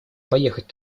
поехать